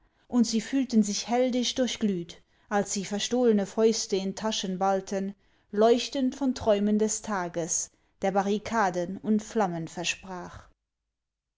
und sie fühlten sich heldisch durchglüht als sie verstohlene fäuste in taschen ballten leuchtend von träumen des tages der barrikaden und flammen versprach